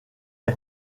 les